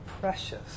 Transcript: precious